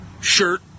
Shirt